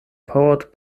powered